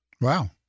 Wow